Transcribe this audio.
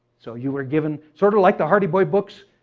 so you were given, sort of like the hardy boy books,